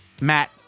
Matt